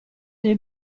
del